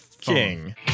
king